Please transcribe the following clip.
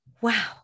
wow